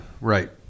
Right